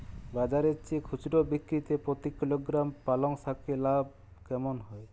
বাজারের চেয়ে খুচরো বিক্রিতে প্রতি কিলোগ্রাম পালং শাকে লাভ কেমন হয়?